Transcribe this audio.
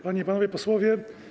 Panie i Panowie Posłowie!